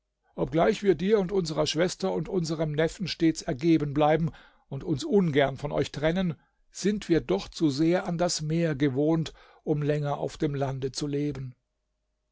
obgleich wir dir und unserer schwester und unserem neffen stets ergeben bleiben und uns ungern von euch trennen sind wir doch zu sehr an das meer gewohnt um länger auf dem lande zu leben